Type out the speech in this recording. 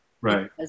Right